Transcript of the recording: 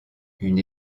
une